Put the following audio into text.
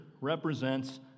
represents